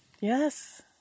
Yes